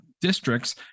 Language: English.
districts